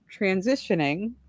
transitioning